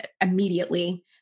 immediately